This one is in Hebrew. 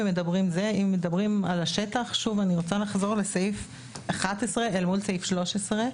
אם מדברים על השטח אז אני רוצה לחזור אל סעיף (11) אל מול סעיף (13).